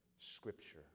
Scripture